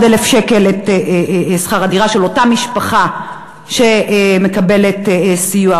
1,000 שקל את שכר הדירה של אותה משפחה שמקבלת סיוע.